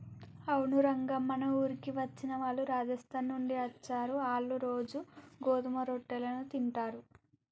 అవును రంగ మన ఊరికి వచ్చిన వాళ్ళు రాజస్థాన్ నుండి అచ్చారు, ఆళ్ళ్ళు రోజూ గోధుమ రొట్టెలను తింటారు